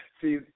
See